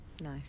Nice